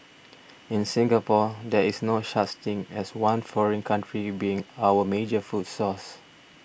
in Singapore there is no such thing as one foreign country being our major food source